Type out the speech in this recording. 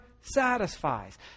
satisfies